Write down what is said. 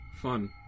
Fun